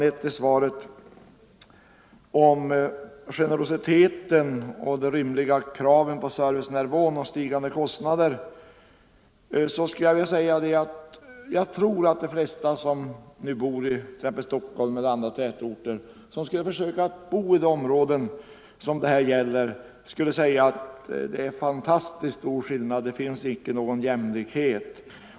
I i svaret om generositeten, de rimliga kraven på servicenivå och stigande kostnader. Jag tror att de flesta människor som nu bor i Stockholm eller andra tätorter skulle, om de försökte bo i de områden det här gäller, säga att det är fantastiskt stor skillnad, att det inte finns någon jämlikhet.